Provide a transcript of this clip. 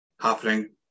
happening